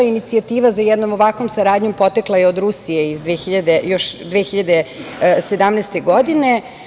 Inicijativa za jednom ovakvom saradnjom potekla je od Rusije iz 2017. godine.